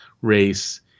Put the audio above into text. race